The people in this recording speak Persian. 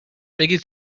بگید